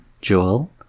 Joel